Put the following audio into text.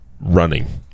running